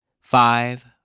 Five